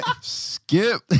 Skip